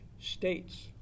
states